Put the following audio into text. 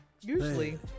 Usually